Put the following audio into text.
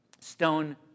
stone